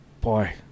boy